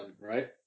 right